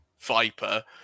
Viper